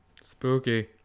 Spooky